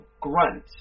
Grunt